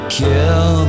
kill